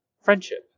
friendship